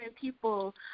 people